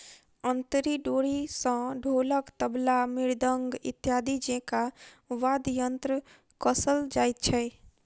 अंतरी डोरी सॅ ढोलक, तबला, मृदंग इत्यादि जेंका वाद्य यंत्र कसल जाइत छै